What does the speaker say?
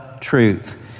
truth